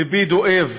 לבי דואב